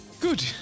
Good